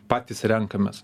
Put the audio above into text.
patys renkamės